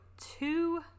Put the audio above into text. two